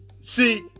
See